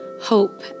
hope